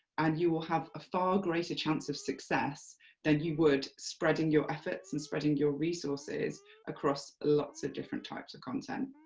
and you will have a far greater chance of success than you would spreading your efforts and spreading your resources across lots of different types of content.